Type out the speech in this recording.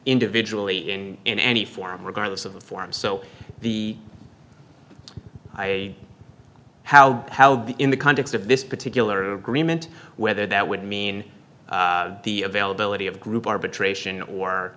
individually in in any form regardless of the form so the i how in the context of this particular agreement whether that would mean the availability of group arbitration or